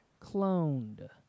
cloned